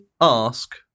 ask